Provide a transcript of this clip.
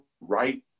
right